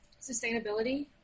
sustainability